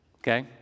okay